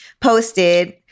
posted